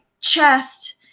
chest